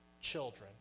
children